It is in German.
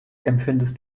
empfindest